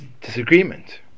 disagreement